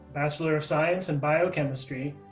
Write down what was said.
bachelor of science and biochemistry,